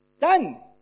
Done